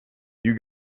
you